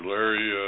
Larry